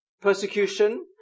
persecution